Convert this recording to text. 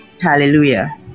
Hallelujah